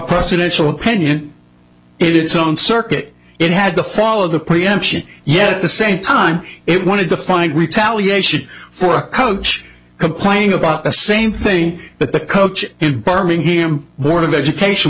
presidential pinion its own circuit it had to follow the preemption yet at the same time it wanted to find retaliation for a coach complaining about the same thing but the coach in birmingham board of education